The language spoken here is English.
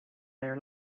their